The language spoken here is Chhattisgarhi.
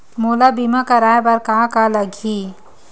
मोला बीमा कराये बर का का लगही?